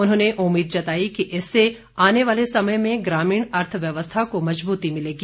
उन्होंने उम्मीद जताई कि इससे आने वाले समय में ग्रामीण अर्थव्यवस्था को मज़बूती मिलेगी